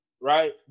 right